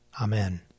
Amen